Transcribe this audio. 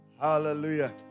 Hallelujah